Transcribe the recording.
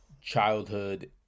childhood